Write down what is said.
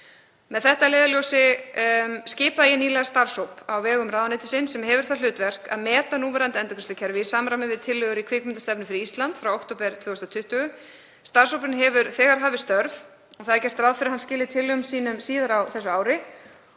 Með það að leiðarljósi skipaði ég nýlega starfshóp á vegum ráðuneytisins sem hefur það hlutverk að meta núverandi endurgreiðslukerfi í samræmi við tillögur í kvikmyndastefnu fyrir Ísland frá október 2020. Starfshópurinn hefur þegar hafið störf en gert er ráð fyrir að hann skili tillögum sínum síðar á þessu ári